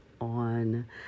on